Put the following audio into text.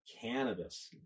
cannabis